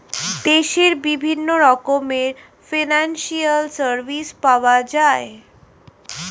দেশে বিভিন্ন রকমের ফিনান্সিয়াল সার্ভিস পাওয়া যায়